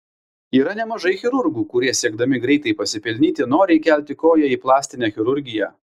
yra nemažai chirurgų kurie siekdami greitai pasipelnyti nori įkelti koją į plastinę chirurgiją